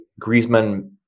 Griezmann